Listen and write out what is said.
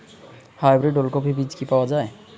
Hybrid ওলকফি বীজ কি পাওয়া য়ায়?